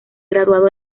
graduado